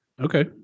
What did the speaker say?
Okay